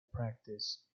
practice